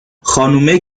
خانومه